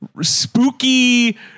spooky